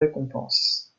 récompenses